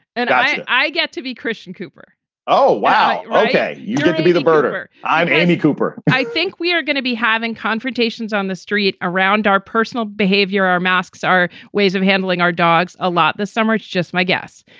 and i i get to be christian cooper oh, wow. ok. you got to be the murderer. i'm andy cooper i think we are going to be having confrontations on the street around our personal behavior, our masks, our ways of handling our dogs a lot. this summer is just my guess.